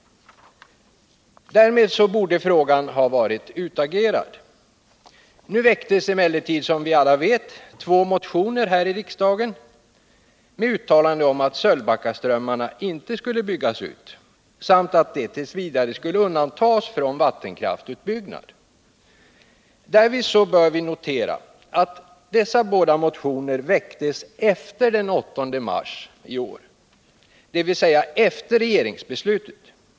Därmed borde frågan ha varit utagerad. Nu väcktes emellertid, som vi alla vet, två motioner här i riksdagen med hemställan om att Sölvbackaströmmarna inte skulle byggas ut samt att de t. v. skulle undantas från vattenkraftsutbyggnad. Därvid bör vi notera att dessa båda motioner väcktes efter den 8 mars i år, dvs. efter regeringsbeslutet.